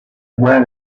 where